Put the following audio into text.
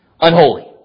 Unholy